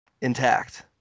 intact